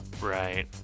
Right